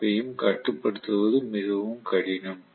F ஐயும் கட்டுப்படுத்துவது மிகவும் கடினம்